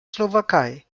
slowakei